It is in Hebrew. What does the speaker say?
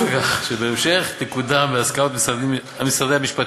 לכך שבהמשך היא תקודם בהסכמת משרד המשפטים,